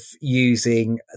using